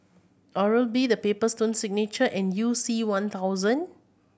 Oral B The Paper Stone Signature and You C One thousand